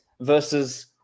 versus